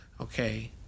okay